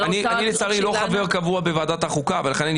אני לצערי לא חבר קבוע בוועדת החוקה ולכן אני